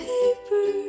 Paper